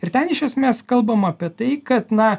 ir ten iš esmės kalbama apie tai kad na